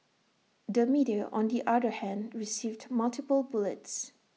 the media on the other hand received multiple bullets